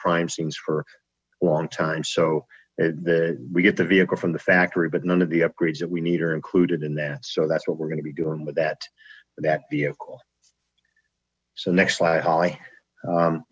crime scenes for a long time so we get the vehicle from the factory but none of the upgrades that we need are included in that so that's what we're going to be doing that that vehicle so